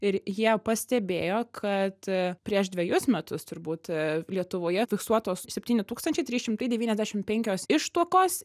ir jie pastebėjo kad prieš dvejus metus turbūt lietuvoje fiksuotos septyni tūkstančiai trys šimtai devyniasdešim penkios ištuokos